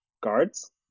guards